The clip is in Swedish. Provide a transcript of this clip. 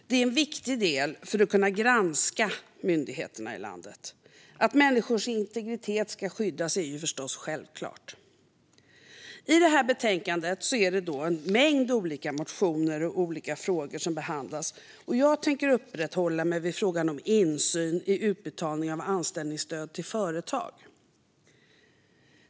Det är en viktig del för att kunna granska myndigheterna i landet. Att människors integritet ska skyddas är förstås självklart. I detta betänkande behandlas en mängd olika motioner och olika frågor. Jag tänker uppehålla mig vid frågan om insyn i utbetalningar av anställningsstöd till företag.